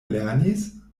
lernis